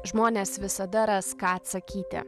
žmonės visada ras ką atsakyti